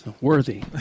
Worthy